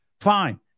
fine